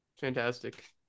Fantastic